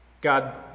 God